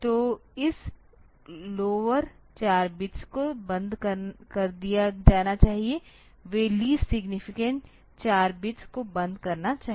तो इस lower 4 bits को बंद कर दिया जाना चाहिए वे लीस्ट सिग्नीफिकेंट 4 बिट्स को बंद करना चाहिए